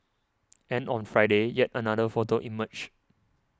and on Friday yet another photo emerged